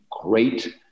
great